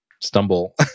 stumble